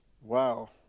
Wow